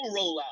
rollout